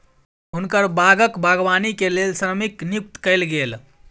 हुनकर बागक बागवानी के लेल श्रमिक नियुक्त कयल गेल